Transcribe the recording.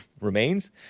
Remains